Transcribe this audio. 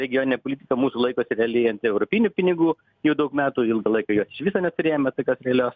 regioninė politika mūsų laikosi realiai ant europinių pinigų jau daug metų ilgą laiką jos iš viso neturėjome tokios realios